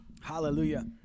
Hallelujah